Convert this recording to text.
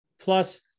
plus